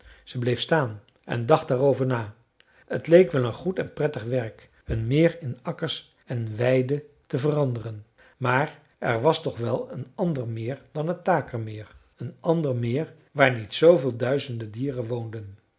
ze bleef staan en dacht daarover na het leek wel een goed en prettig werk een meer in akkers en weiden te veranderen maar er was toch wel een ander meer dan het takermeer een ander meer waar niet zooveel duizenden dieren woonden